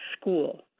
school